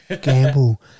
Gamble